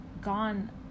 gone